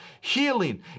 healing